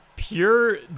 pure